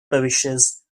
parishes